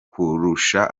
kurusha